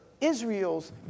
Israel's